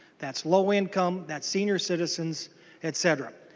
that's low income that senior citizens etc.